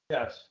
Yes